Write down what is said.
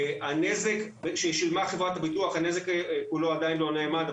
הנזק עדיין לא נאמד,